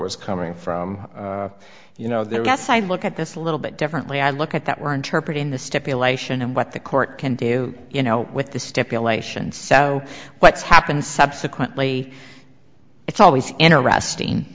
was coming from you know there was a side look at this a little bit differently i look at that we're interpret in the stipulation and what the court can do you know with the stipulation so what's happened subsequently it's always interesting